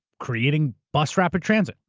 creating bus rapid transit.